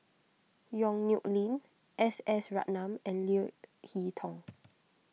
Yong Nyuk Lin S S Ratnam and Leo Hee Tong